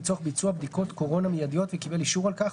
לצורך ביצוע בדיקות קורונה מיידיות וקיבל אישור על כך,